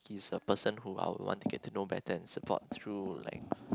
he is the person who I would want to get to know better and support through like